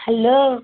hello